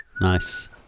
Nice